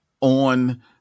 on